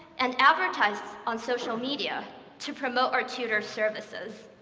and advertise on social media to promote our tutor services.